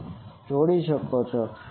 ને જોડી શકો છો